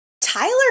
Tyler